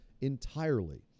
entirely